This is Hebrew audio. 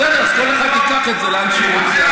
בסדר, אז כל אחד ייקח את זה לאן שהוא רוצה.